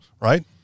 right